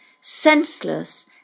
senseless